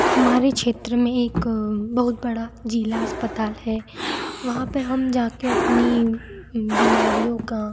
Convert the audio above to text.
हमारे क्षेत्र में एक बहुत बड़ा ज़िला अस्पताल है वहाँ पर हम जा कर अपनी बीमारियों का